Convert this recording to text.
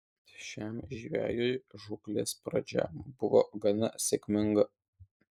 šiam žvejui žūklės pradžia buvo gana sėkminga